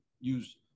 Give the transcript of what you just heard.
use